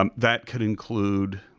um that could include,